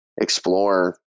explore